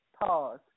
Pause